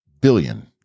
billion